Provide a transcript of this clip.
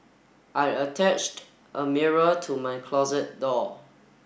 I attached a mirror to my closet door